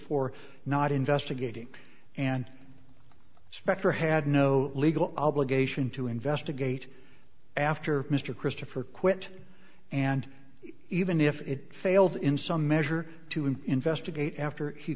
for not investigating and specter had no legal obligation to investigate after mr christopher quit and even if it failed in some measure to him investigate after he